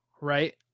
right